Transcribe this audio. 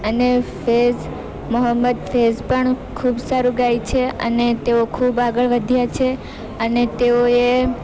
અને ફૈઝ મોહમ્મદ ફૈઝ પણ ખૂબ સારું ગાય છે અને તેઓ ખૂબ આગળ વધ્યા છે અને તેઓએ